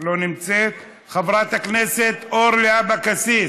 לא נמצאת, חברת הכנסת אורלי אבקסיס,